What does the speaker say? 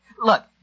Look